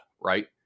right